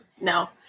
No